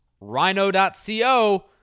rhino.co